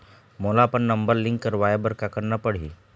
मोला अपन number link करवाये बर का करना पड़ही?